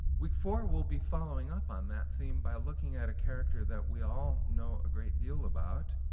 week four we'll be following up on that theme by looking at a character that we all know a great deal about,